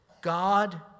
God